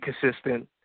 consistent